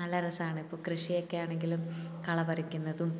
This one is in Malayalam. നല്ല രസമാണ് ഇപ്പോൾ കൃഷിയൊക്കെയാണെങ്കിലും കള പറിക്കുന്നതും